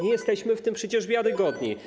Nie jesteśmy w tym przecież wiarygodni.